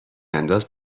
انداز